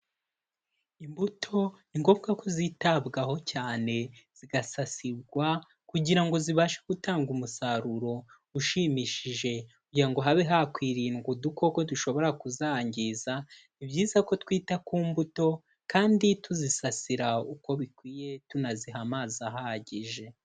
Imbuto ni ngombwa ko zitabwaho cyane zigasasirwa kugira ngo zibashe gutanga umusaruro ushimishije, kugira ngo habe hakwirindwa udukoko dushobora kuzangiza. Ni byiza ko twita ku mbuto kandi tuzisasira uko bikwiye tunaziha amazi ahagije.